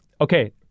Okay